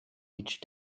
each